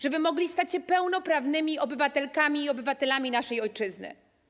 żeby mogli stać się pełnoprawnymi obywatelkami i obywatelami naszej ojczyzny.